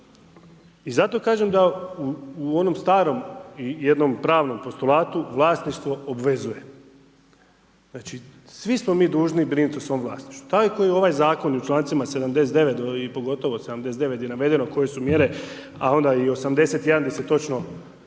I zato kažem da u onom starom, jednom pravnom postolatu vlasništvo obvezuje. Znači, svi smo mi dužni brinuti o svom vlasništvu. Tako i ovaj zakon i u člancima 79. i pogotovo 79. di je navedeno koje su mjere, a onda i 81., gdje se točno